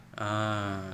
ah